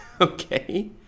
Okay